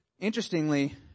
Interestingly